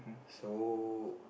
so